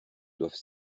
doivent